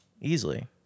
easily